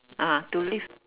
ah to live